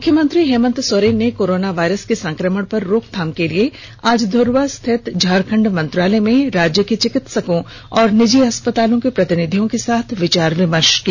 मुख्यमंत्री हेमंत सोरेन ने corona virus के संक्रमण पर रोकथाम के लिए आज धूर्वा स्थित झारखंड मंत्रालय में राज्य के चिकित्सकों और निजी अस्पतालों के प्रतिनिधियों के साथ विचार विमर्ष किया